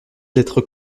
d’être